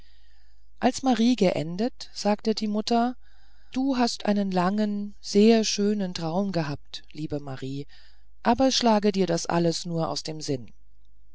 als marie geendet sagte die mutter du hast einen langen sehr schönen traum gehabt liebe marie aber schlag dir das alles nur aus dem sinn